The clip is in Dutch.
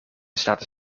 zaten